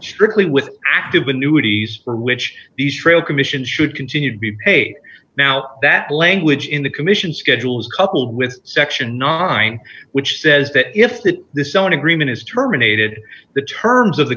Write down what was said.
strictly with active annuities which these trail commissions should continue to be paid now that language in the commission schedules coupled with section not mine which says that if that this of an agreement is terminated the terms of the